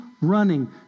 running